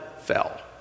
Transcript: fell